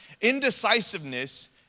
Indecisiveness